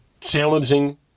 challenging